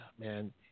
man